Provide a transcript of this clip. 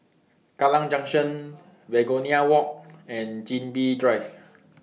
Kallang Junction Begonia Walk and Chin Bee Drive